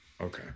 okay